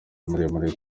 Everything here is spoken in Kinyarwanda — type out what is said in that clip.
muremure